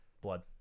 blood